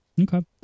Okay